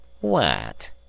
What